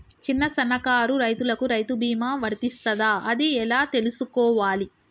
చిన్న సన్నకారు రైతులకు రైతు బీమా వర్తిస్తదా అది ఎలా తెలుసుకోవాలి?